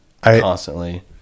constantly